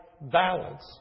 balance